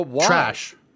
trash